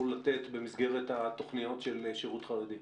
לתת במסגרת של התוכנית של שירות חרדי.